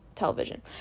television